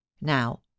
now